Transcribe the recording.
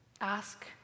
Ask